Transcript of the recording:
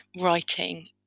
writing